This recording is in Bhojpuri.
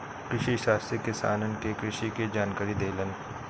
कृषिशास्त्री किसानन के कृषि के जानकारी देलन